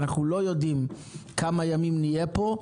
אנחנו לא יודעים כמה ימים נהיה פה.